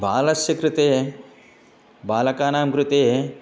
बालस्य कृते बालकानां कृते